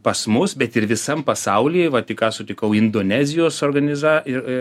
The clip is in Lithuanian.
pas mus bet ir visam pasauly va tik ką sutikau indonezijos organiza ir i